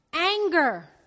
Anger